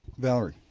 valerie.